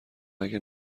اگر